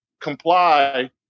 comply